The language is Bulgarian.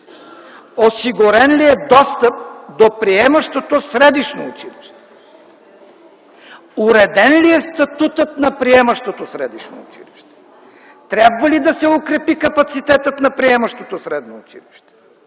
осигурен ли е достъп до приемащото средищно училище, уреден ли е статутът на приемащото средно училище, трябва ли да се укрепи капацитетът на приемащото средно училище?